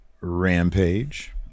rampage